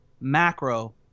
macro